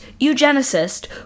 eugenicist